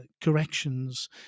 corrections